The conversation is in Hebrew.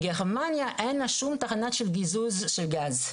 גרמניה אין לה שום תחנה של גיזוז של גז.